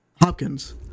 Hopkins